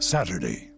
Saturday